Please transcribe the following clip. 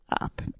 up